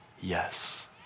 yes